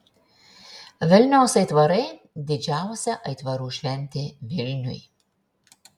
vilniaus aitvarai didžiausia aitvarų šventė vilniui